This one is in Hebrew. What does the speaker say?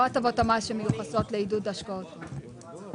לא הטבות המס שמיוחסות לעידוד השקעות הון.